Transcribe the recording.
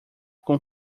com